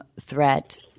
threat